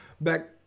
back